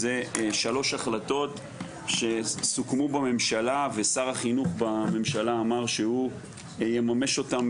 זה שלוש החלטות שסוכמו בממשלה ושר החינוך בממשלה אמר שהוא יממש אותם